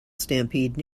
stampede